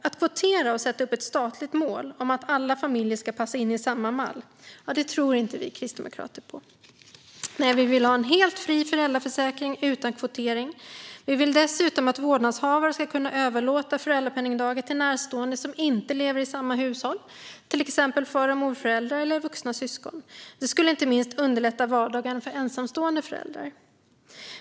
Att kvotera och sätta upp ett statligt mål om att alla familjer ska passa in i samma mall tror inte vi kristdemokrater på. Nej, vi vill ha en helt fri föräldraförsäkring utan kvotering. Vi vill dessutom att vårdnadshavare ska kunna överlåta föräldrapenningdagar till närstående som inte lever i samma hushåll, till exempel far och morföräldrar eller vuxna syskon. Det skulle inte minst underlätta vardagen för ensamstående föräldrar.